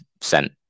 sent